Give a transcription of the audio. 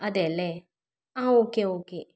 അതേല്ലേ ആ okay okay